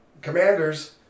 commanders